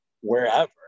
wherever